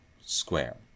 square